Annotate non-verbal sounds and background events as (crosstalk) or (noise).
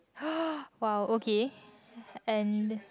(noise) !wow! okay and